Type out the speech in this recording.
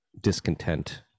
discontent